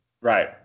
Right